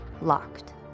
locked